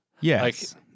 Yes